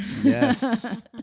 Yes